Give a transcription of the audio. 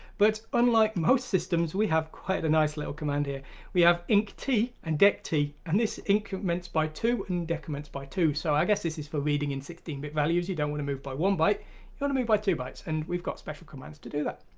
but unlike most systems we have quite a nice little command here we have inct and dect and this increments by two and decrement by two. so i guess this is for reading in sixteen bit values you don't want to move by one byte you want to move by two bytes and we've got special commands to do that!